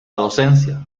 docencia